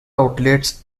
outlets